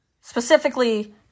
specifically